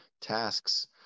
tasks